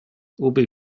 ubi